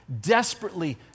desperately